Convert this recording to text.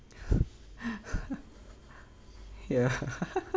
ya